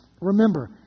Remember